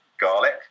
garlic